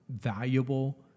valuable